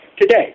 today